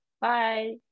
Bye